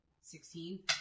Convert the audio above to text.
sixteen